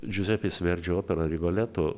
džiuzepės verdžio operą rigoleto